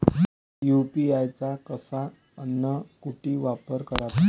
UPI चा कसा अन कुटी वापर कराचा?